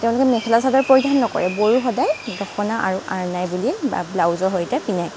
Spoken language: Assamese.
তেওঁলোকে মেখেলা চাদৰ পৰিধান নকৰে বড়ো সদায় দখনা আৰু আৰ্নাই বুলি ব্লাউজৰ সৈতে পিন্ধে